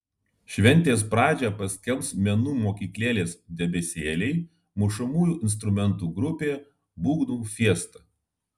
šventės pradžią paskelbs menų mokyklėlės debesėliai mušamųjų instrumentų grupė būgnų fiesta